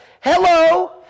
hello